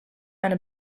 eine